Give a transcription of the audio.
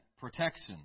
protection